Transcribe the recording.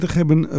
hebben